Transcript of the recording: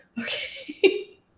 Okay